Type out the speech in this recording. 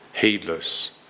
heedless